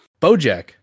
Bojack